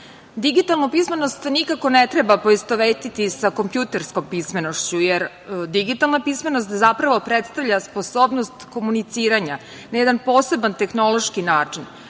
Digitalnu pismenost nikako ne treba poistovetiti sa kompjuterskom pismenošću, jer digitalna pismenost zapravo predstavlja sposobnost komuniciranja na jedan poseban tehnološki način,